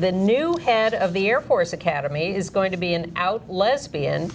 the new head of the air force academy is going to be an out lesbian